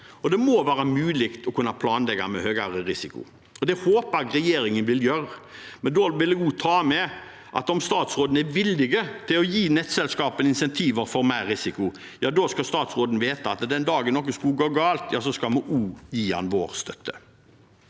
det må være mulig å kunne planlegge med høyere risiko. Det håper jeg at regjeringen vil gjøre. Samtidig vil jeg da ta med at om statsråden er villig til å gi nettselskapene insentiver til mer risiko, skal statsråden vite at den dagen noe skulle gå galt, da skal vi også gi ham vår støtte.